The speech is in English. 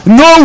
no